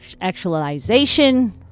actualization